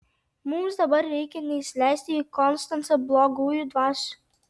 mums dabar reikia neįsileisti į konstancą blogųjų dvasių